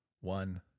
One